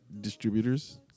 distributors